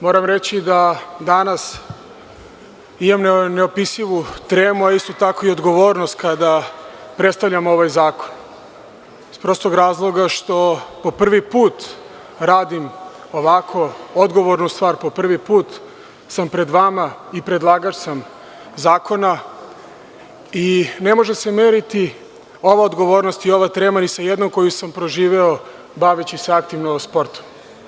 Moram reći da danas imam neopisivu tremu, a isto tako i odgovornost kada predstavljam ovaj zakon iz prostog razloga što po prvi put radim ovako odgovornu stvar, po prvi put sam pred vama i predlagač sam zakona i ne može se meriti ova odgovornost i ova tema ni sa jednom koju sam proživeo baveći se aktivno sportom.